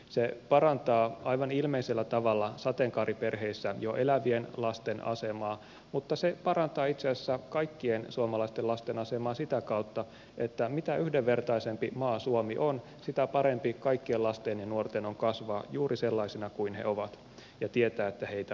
se parantaa aivan ilmeisellä tavalla sateenkaariperheissä jo elävien lasten asemaa mutta se parantaa itse asiassa kaikkien suomalaisten lasten asemaa sitä kautta että mitä yhdenvertaisempi maa suomi on sitä parempi kaikkien lasten ja nuorten on kasvaa juuri sellaisina kuin he ovat ja tietää että heitä arvostetaan